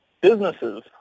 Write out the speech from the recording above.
businesses